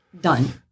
done